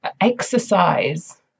exercise